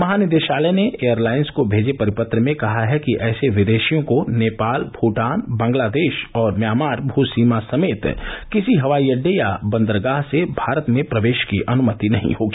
महानिदेशालय ने एयरलाइंस को भेजे परिपत्र में कहा है कि ऐसे विदेशियों को नेपाल भूटान बांग्लादेश और म्यांमा भू सीमा समेत किसी हवाई अड्डे या बंदरगाह से भारत में प्रवेश की अनुमति नहीं होगी